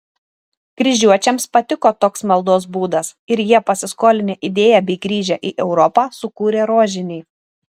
kryžiuočiams patiko toks maldos būdas ir jie pasiskolinę idėją bei grįžę į europą sukūrė rožinį